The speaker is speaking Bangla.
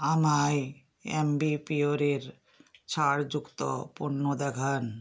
আমায় আ্যম্বিপিয়োরের ছাড়যুক্ত পণ্য দেখান